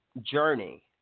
Journey